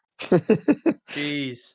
Jeez